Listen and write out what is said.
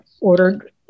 ordered